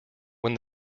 when